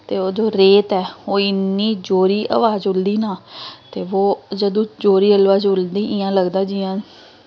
ते अदूं रेत ऐ ओह् इन्नी जोरी हवा चुलदी न ते ओह् जदूं जोरै दी हवा झुल्लदी इ'यां लगदा जियां